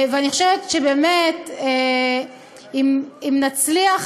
אני חושבת שבאמת אם נצליח,